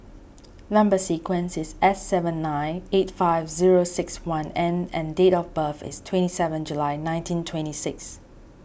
Number Sequence is S seven nine eight five zero six one N and date of birth is twenty seven July nineteen twenty six